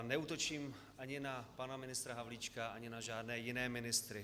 Neútočím ani na pana ministra Havlíčka, ani na žádné jiné ministry.